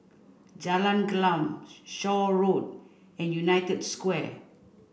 Jalan Gelam Shaw Road and United Square